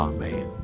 Amen